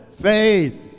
faith